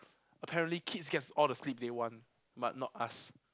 apparently kids get all the sleep they want but not us